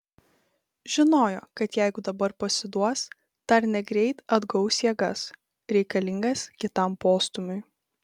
žinojo kad jeigu dabar pasiduos dar negreit atgaus jėgas reikalingas kitam postūmiui